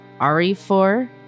RE4